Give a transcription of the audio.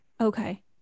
Okay